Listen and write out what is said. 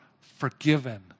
forgiven